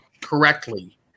correctly